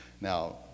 Now